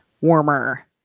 warmer